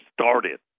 started